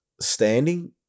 standing